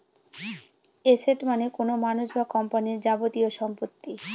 asset মানে কোনো মানুষ বা কোম্পানির যাবতীয় সম্পত্তি